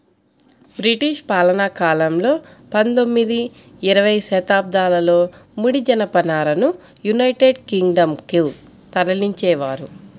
British పాలనాకాలంలో పందొమ్మిది, ఇరవై శతాబ్దాలలో ముడి జనపనారను యునైటెడ్ కింగ్ డం కు తరలించేవారు